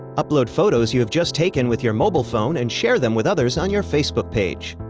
upload photos you have just taken with your mobile phone and share them with others on your facebook page.